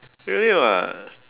really [what]